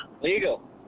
Legal